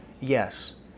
Yes